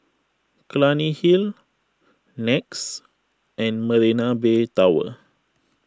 Clunny Hill Nex and Marina Bay Tower